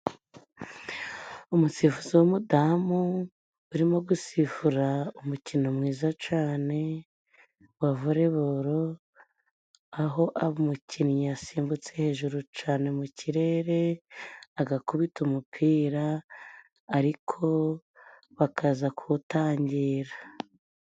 Umusifuzi w' umudamu urimo gusifura umukino mwiza cane wa voleboro aho umukinnyi yasimbutse hejuru cane mu kirere agakubita umupira ariko bakaza kuwutangira.